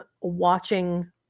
watching